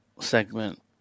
segment